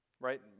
right